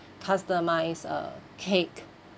customise uh cake